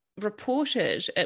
reported